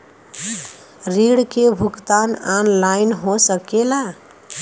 ऋण के भुगतान ऑनलाइन हो सकेला?